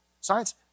science